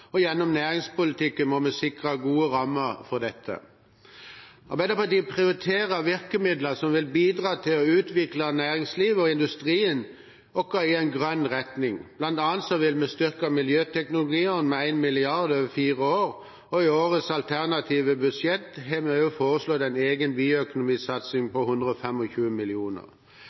og gjennom næringspolitikken må vi sikre gode rammer for dette. Arbeiderpartiet prioriterer virkemidler som vil bidra til å utvikle næringslivet og industrien vår i en grønn retning, bl.a. vil vi styrke miljøteknologiordningen med 1 mrd. kr over fire år, og i årets alternative budsjett har vi også foreslått en egen bioøkonomisatsing